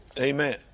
Amen